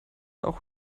auch